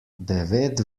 devet